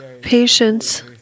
patience